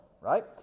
right